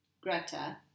Greta